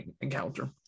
encounter